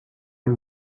amb